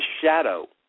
shadow